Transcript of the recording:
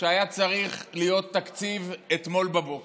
שהיה צריך להיות תקציב אתמול בבוקר,